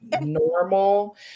normal